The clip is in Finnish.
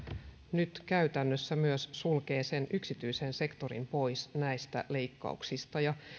nyt käytännössä myös sulkee yksityisen sektorin pois näistä leikkauksista